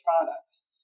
products